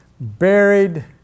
buried